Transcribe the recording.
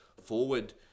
forward